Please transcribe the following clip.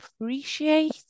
appreciate